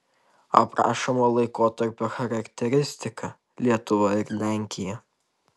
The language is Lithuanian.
aprašomo laikotarpio charakteristika lietuva ir lenkija